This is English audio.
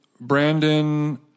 Brandon